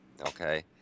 okay